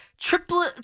Triple